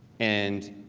and,